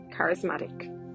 charismatic